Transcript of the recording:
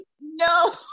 no